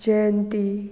जयंती